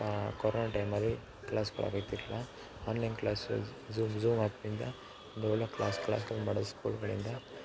ಆ ಕೊರೋನ ಟೈಮಲ್ಲಿ class online class Zoom Zoom ಆ್ಯಪಿನಿಂದ ಒಂದು ಒಳ್ಳೆಯ ಕ್ಲಾಸ್ ಕ್ಲಾಸುಗಳ್ ಮಾಡೋದು ಸ್ಕೂಲುಗಳಿಂದ